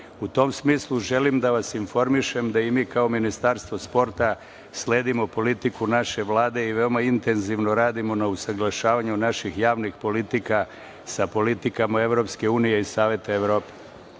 U tom smislu, želim da vas informišem da i mi kao Ministarstvo sporta sledimo politiku naše Vlade i veoma intenzivno radimo na usaglašavanju naših javnih politika sa politikama EU i Saveta Evrope.U